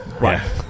Right